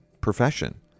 profession